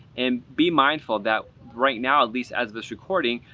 and be mindful that right now, at least as of this recording,